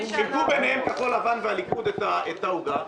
חילקו ביניהם כחול לבן והליכוד את העוגה.